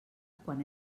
quan